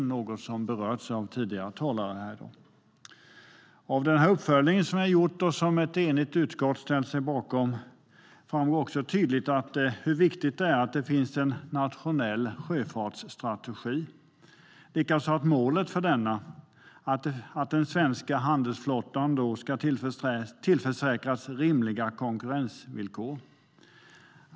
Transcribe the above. Det är något som har berörts av tidigare talare i dag. Av uppföljningen som har gjorts, och som ett enigt utskott ställer sig bakom, framgår också tydligt hur viktigt det är att det finns en nationell sjöfartsstrategi, likaså målet för denna, att den svenska handelsflottan ska tillförsäkras rimliga konkurrensvillkor.